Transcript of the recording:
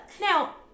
Now